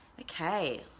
Okay